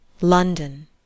London